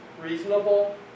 reasonable